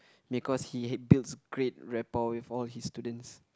because he builds great rapport with all his students